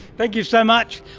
thank you so much.